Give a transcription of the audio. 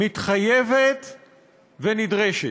מתחייבת ונדרשת.